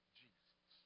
jesus